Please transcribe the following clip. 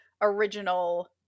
original